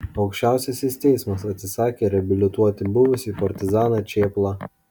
aukščiausiasis teismas atsisakė reabilituoti buvusį partizaną čėplą